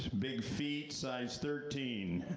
big feet, size thirteen.